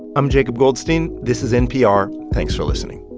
i'm jacob goldstein. this is npr. thanks for listening